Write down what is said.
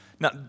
Now